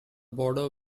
border